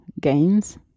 gains